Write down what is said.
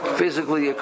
physically